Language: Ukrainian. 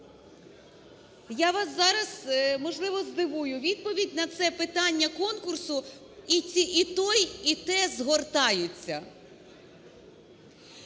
Я вас зараз, можливо, здивую. Відповідь на це питання конкурсу: і той, і те згортаються.